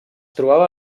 trobava